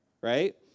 right